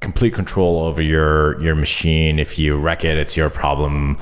complete control over your your machine. if you wreck it, it's your problem.